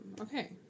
okay